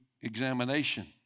examination